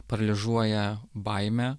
paralyžiuoja baimė